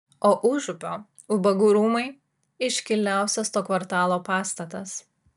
o užupio ubagų rūmai iškiliausias to kvartalo pastatas